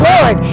Lord